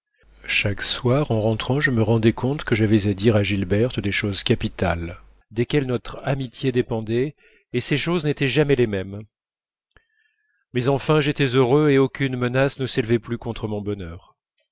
chaque soir en rentrant je me rendais compte que j'avais à dire à gilberte des choses capitales desquelles notre amitié dépendait et ces choses n'étaient jamais les mêmes mais enfin j'étais heureux et aucune menace ne s'élevait plus contre mon bonheur